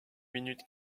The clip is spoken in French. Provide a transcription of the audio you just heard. minutes